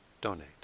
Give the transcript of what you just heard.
donate